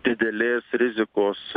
didelės rizikos